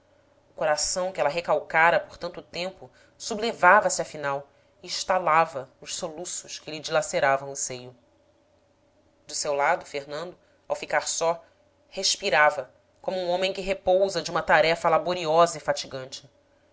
coração que ela recalcara por tanto tempo sublevava se afinal e estalava nos soluços que lhe dilaceravam o seio de seu lado fernando ao ficar só respirava como um homem que repousa de uma tarefa laboriosa e fatigante